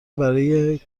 برای